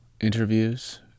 interviews